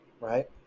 right